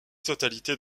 totalité